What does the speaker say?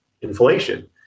inflation